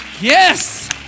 yes